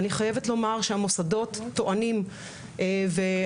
אני חייבת לומר שהמוסדות טוענים ואנחנו